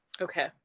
Okay